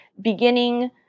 beginning